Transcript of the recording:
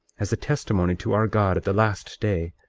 as a testimony to our god at the last day,